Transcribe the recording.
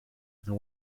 and